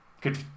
Good